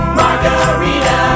margarita